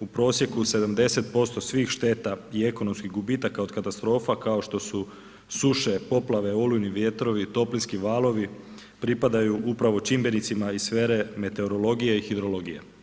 u prosjeku 70% svih šteta i ekonomskih gubitaka od katastrofa kao što su suše, poplave, olujni vjetrovi, toplinski valovi, pripadaju upravo čimbenicima iz sfere meteorologije i hidrologije.